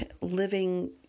living